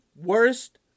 worst